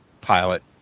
pilot